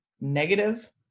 negative